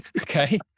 Okay